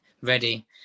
ready